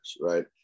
right